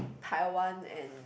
Taiwan and